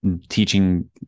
teaching